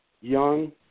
young